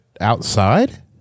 outside